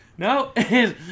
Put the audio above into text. No